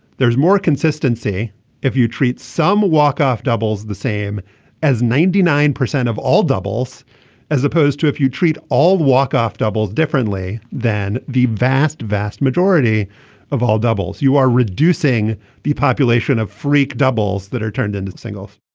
there's more consistency if you treat some walk off doubles the same as ninety nine percent of all doubles as opposed to if you treat all walk off doubles differently than the vast vast majority of all doubles. you are reducing the population of freak doubles that are turned into singles.